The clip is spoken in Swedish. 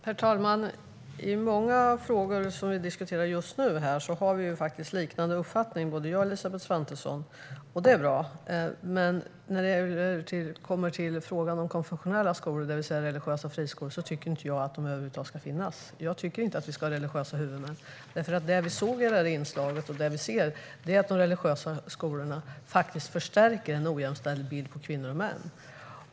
Herr talman! I många frågor som vi diskuterar just nu här har Elisabeth Svantesson och jag faktiskt liknande uppfattningar, och det är bra. Men när det gäller konfessionella skolor, det vill säga religiösa friskolor, tycker jag inte att de ska finnas över huvud taget. Jag tycker inte att vi ska ha religiösa huvudmän. Det som vi såg i detta inslag är att de religiösa skolorna faktiskt förstärker en ojämställd bild av kvinnor och män.